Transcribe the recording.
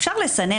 אפשר לסנן